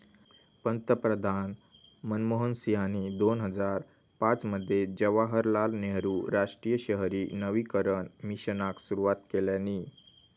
पंतप्रधान मनमोहन सिंहानी दोन हजार पाच मध्ये जवाहरलाल नेहरु राष्ट्रीय शहरी नवीकरण मिशनाक सुरवात केल्यानी